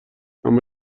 اما